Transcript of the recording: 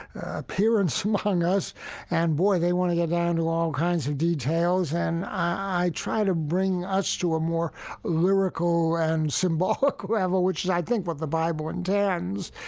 appearance among us and, boy, they want to get down to all kinds of details. and i try to bring us to a more lyrical and symbolic level, which is, i think, what the bible intends,